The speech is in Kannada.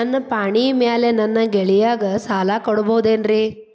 ನನ್ನ ಪಾಣಿಮ್ಯಾಲೆ ನನ್ನ ಗೆಳೆಯಗ ಸಾಲ ಕೊಡಬಹುದೇನ್ರೇ?